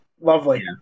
Lovely